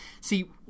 See